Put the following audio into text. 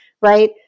Right